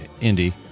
indy